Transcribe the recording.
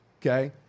okay